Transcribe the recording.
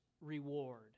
reward